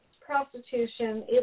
prostitution